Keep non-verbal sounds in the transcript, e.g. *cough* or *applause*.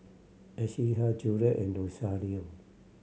*unintelligible* Juliet and Rosario